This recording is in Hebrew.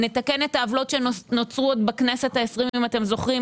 נתקן את העוולות שנוצרו עוד בכנסת העשרים אם אתם זוכרים,